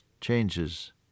changes